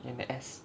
and the S